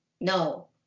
no